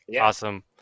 Awesome